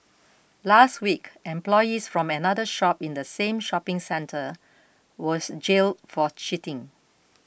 last week employees from another shop in the same shopping centre were jailed for cheating